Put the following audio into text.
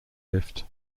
lift